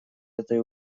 этой